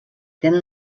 tenen